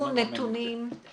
לנו את כל הפעילות.